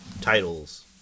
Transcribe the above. titles